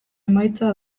emaitza